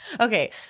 Okay